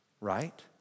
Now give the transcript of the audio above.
right